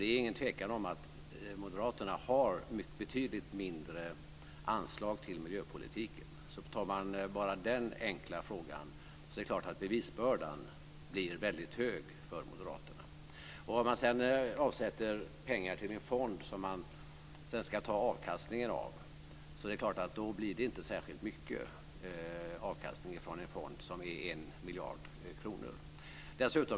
Det råder inget tvivel om att moderaterna har betydligt mindre anslag till miljöpolitiken. Tar man bara den enkla frågan blir bevisbördan självklart väldigt tung för moderaterna. Om man sedan avsätter pengar till en fond, av vilken man sedan ska ta avkastningen, blir det självfallet inte mycket avkastning med tanke på att fonden är på 1 miljard kronor.